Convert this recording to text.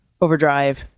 overdrive